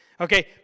Okay